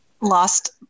lost